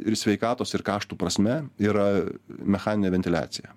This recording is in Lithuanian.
ir sveikatos ir kaštų prasme yra mechaninė ventiliacija